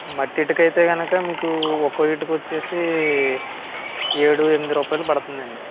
మట్టి ఇటుక అయితే గనుక మీకు ఒక్కో ఇటుక ఒచ్చేసి ఏడు ఎనిమిది రూపాయలు పడుతుందండి